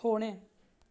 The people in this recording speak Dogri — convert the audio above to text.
थ्होने